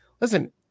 Listen